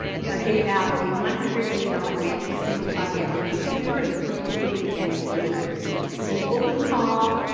gave out a one hundred million dollar grant to a single project, in december we plan to do it again in three years. it was an open call,